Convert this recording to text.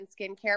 skincare